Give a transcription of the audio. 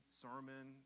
sermon